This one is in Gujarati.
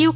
યુ